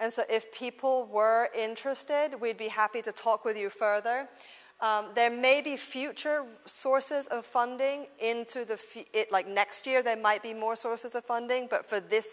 and so if people were interested we'd be happy to talk with you further there may be future sources of funding into the future it like next year there might be more sources of funding but for this